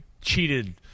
cheated